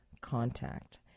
contact